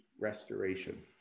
restoration